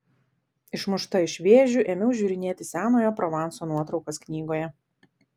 išmušta iš vėžių ėmiau žiūrinėti senojo provanso nuotraukas knygoje